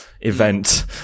event